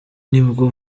nibwo